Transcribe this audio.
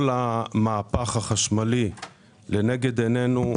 כל המהפך החשמלי לנגד עינינו,